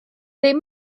ddim